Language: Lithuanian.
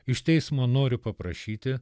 iš teismo noriu paprašyti